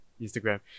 Instagram